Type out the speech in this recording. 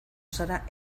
zara